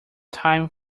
time